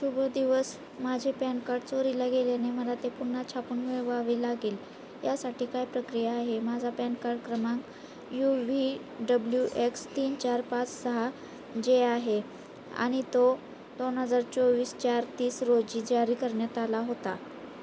शुभ दिवस माझे पॅन कार्ड चोरीला गेल्याने मला ते पुन्हा छापून मिळवावे लागेल यासाठी काय प्रक्रिया आहे माझा पॅन कार्ड क्रमांक यु व्ही डब्ल्यू एक्स तीन चार पाच सहा जे आहे आणि तो दोन हजार चोवीस चार तीस रोजी जारी करण्यात आला होता